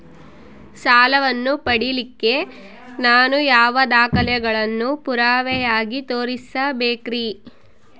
ಸಾಲವನ್ನು ಪಡಿಲಿಕ್ಕೆ ನಾನು ಯಾವ ದಾಖಲೆಗಳನ್ನು ಪುರಾವೆಯಾಗಿ ತೋರಿಸಬೇಕ್ರಿ?